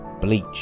Bleach